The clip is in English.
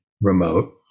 remote